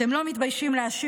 אני לא אומר לו,